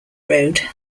road